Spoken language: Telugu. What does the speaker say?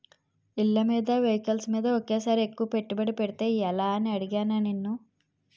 ఇళ్ళమీద, వెహికల్స్ మీద ఒకేసారి ఎక్కువ పెట్టుబడి పెడితే ఎలా అని అడిగానా నిన్ను